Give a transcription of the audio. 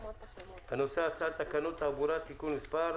הנושאים: 1.הצעת תקנות התעבורה (תיקון מס'...